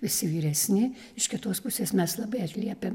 visi vyresni iš kitos pusės mes labai atliepiam